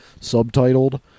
subtitled